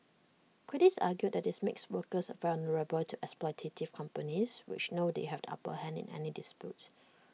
critics argue that this makes workers vulnerable to exploitative companies which know they have the upper hand in any dispute